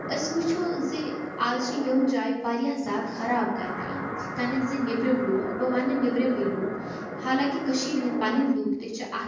أسۍ وُچھو زِ اَز چھِ یِم جایہِ واریاہ زیادٕ خراب کَرنہٕ آمژٕ یِتھٕ کٔنۍ زِ نیٚبرِم لوٗکھ بہٕ وَنہٕ نیٚبرِمٕے لوٗکھ حالانٛکہِ کٔشیٖر ہٕنٛدۍ پَنٕنۍ لوٗکھ تہِ چھِ اَتھ